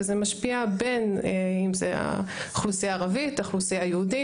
וזה משפיע בין אם זה האוכלוסייה הערבית,